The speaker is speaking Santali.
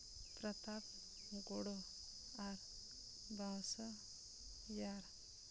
ᱯᱨᱟᱛᱟᱯ ᱜᱚᱲᱚ ᱟᱨ ᱵᱟᱥᱟ ᱤᱭᱟᱨ